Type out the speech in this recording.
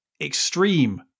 extreme